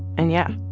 and yeah,